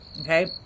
okay